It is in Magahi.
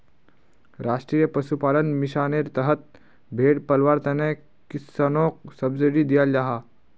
राष्ट्रीय पशुपालन मिशानेर तहत भेड़ पलवार तने किस्सनोक सब्सिडी दियाल जाहा